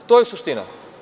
To je suština.